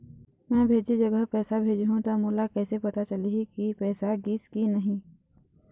मैं भेजे जगह पैसा भेजहूं त मोला कैसे पता चलही की पैसा गिस कि नहीं?